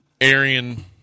Arian